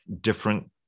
different